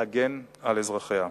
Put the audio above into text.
להגן על אזרחיה.